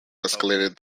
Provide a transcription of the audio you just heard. escalated